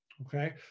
Okay